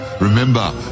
Remember